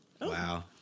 Wow